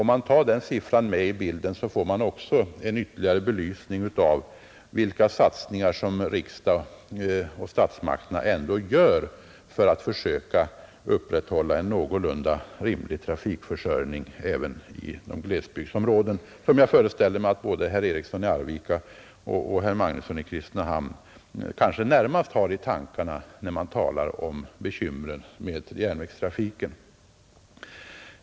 Om man tar den siffran med i bilden får man en ytterligare belysning av vilka satsningar som statsmakterna ändå gör för att försöka upprätthålla en någorlunda rimlig trafikförsörjning även inom glesbygdsområdena, som jag föreställer mig att både herr Eriksson i Arvika och herr Magnusson i Kristinehamn närmast har i tankarna när de talar om bekymmer med järnvägstrafiken.